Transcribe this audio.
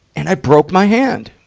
and i broke my hand.